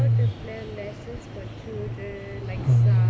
how to plan lessons for children like sun